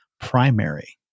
primary